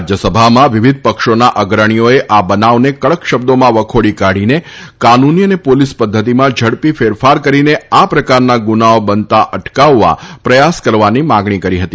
રાજયસભામાં વિવિધ પક્ષોના અગ્રણીઓએ આ બનાવને કડક શબ્દોમાં વખોડી કાઢીને કાનૂની અને પોલીસ પધ્ધતિમાં ઝડપથી ફેરફાર કરીને આ પ્રકારના ગુનાઓ બનતા અટકાવવા પ્રયાસ કરવાની માંગણી કરી હતી